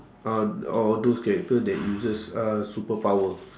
ah or or those character that uses uh superpower